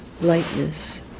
Lightness